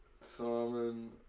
Simon